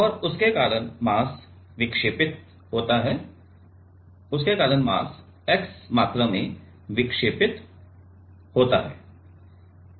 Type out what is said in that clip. और उसके कारण मास विक्षेपित होता है उसके कारण मास x मात्रा से विक्षेपित होता है